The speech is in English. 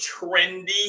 trendy